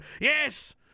Yes